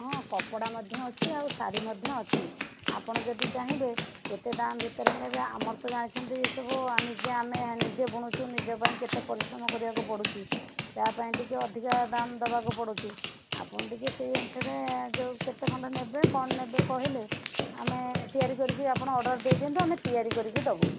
ହଁ କପଡ଼ା ମଧ୍ୟ ଅଛି ଆଉ ଶାଢ଼ୀ ମଧ୍ୟ ଅଛି ଆପଣ ଯଦି ଚାହିଁବେ କେତେ ଦାମ୍ ଭିତରେ ନେବେ ଆମର ତ ଜାଣିଛନ୍ତି ଏ ସବୁ ନିଜେ ଆମେ ନିଜେ ବୁଣୁଛୁ ନିଜ ପାଇଁ କେତେ ପରିଶ୍ରମ କରିବାକୁ ପଡ଼ୁଛି ତା'ପାଇଁ ଟିକିଏ ଅଧିକା ଦାମ୍ ଦେବାକୁ ପଡ଼ୁଛି ଆପଣ ଟିକିଏ ସେଇ ଅନୁସାରେ ଯୋଉ କେତେ ଖଣ୍ଡ ନେବେ କ'ଣ ନେବେ କହିଲେ ଆମେ ତିଆରି କରିକି ଆପଣ ଅର୍ଡ଼ର୍ ଦେଇ ଦିଅନ୍ତୁ ଆମେ ତିଆରି କରିକି ଦେବୁ